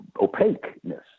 opaqueness